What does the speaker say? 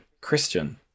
Christian